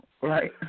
right